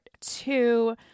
two